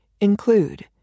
include